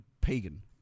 pagan